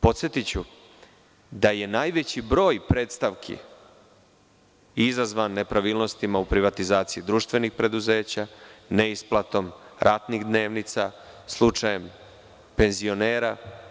Podsetiću, da je najveći broj prestavki izazvan nepravilnostima u privatizaciji društvenih preduzeća, neisplatom ratnih dnevnica, slučajem penzionera.